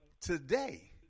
today